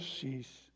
cease